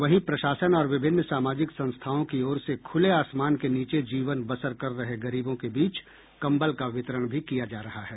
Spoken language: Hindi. वहीं प्रशासन और विभिन्न सामाजिक संस्थाओं की ओर से खुले आसमान के नीचे जीवन बसर कर रहे गरीबों के बीच कंबल का वितरण भी किया जा रहा है